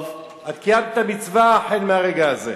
טוב, את קיימת את המצווה החל ברגע הזה.